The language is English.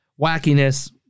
wackiness